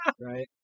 right